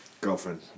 girlfriend